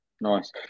Nice